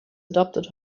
adopted